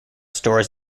stores